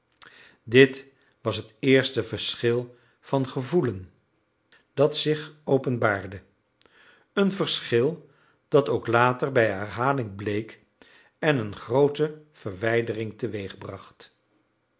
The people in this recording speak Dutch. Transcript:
dit was het eerste verschil van gevoelen dat zich openbaarde een verschil dat ook later bij herhaling bleek en een groote verwijdering